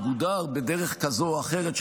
מגודר בדרך כזאת או אחרת,